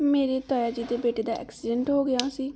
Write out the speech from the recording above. ਮੇਰੇ ਤਾਇਆ ਜੀ ਦੇ ਬੇਟੇ ਦਾ ਐਕਸੀਡੈਂਟ ਹੋ ਗਿਆ ਸੀ